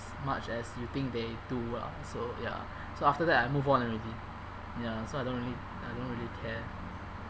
much as you think they do lah so ya so after that I move on already ya so I don't really I don't really care